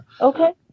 Okay